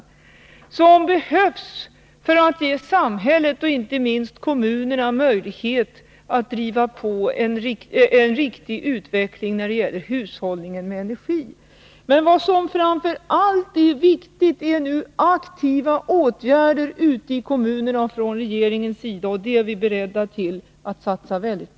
En sådan lag behövs för att ge samhället och inte minst kommunerna möjlighet att driva på en riktig utveckling när det gäller hushållning med energi. Men vad som framför allt är viktigt nu är aktiva åtgärder ute i kommunerna och från regeringens sida, och det är vi beredda att satsa mycket på.